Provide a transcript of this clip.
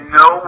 no